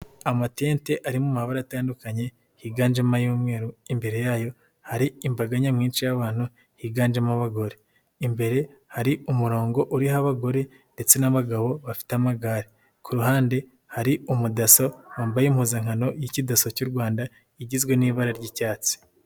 Amatente ari mu mabara atandukanye higanjemo ay'umweru imbere yayo hari imbaga nyamwinshi y'abantu higanjemo abagore, imbere hari umurongo uriho abagore ndetse n'abagabo bafite amagare, ku ruhande hari umudaso wambaye impuzankano y'Ikidasa cy'u Rwanda igizwe n'ibara ry'icyatsi.